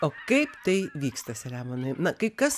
o kaip tai vyksta selemonai na kai kas